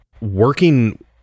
working